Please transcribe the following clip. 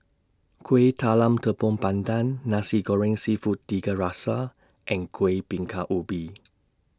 Kuih Talam Tepong Pandan Nasi Goreng Seafood Tiga Rasa and Kuih Bingka Ubi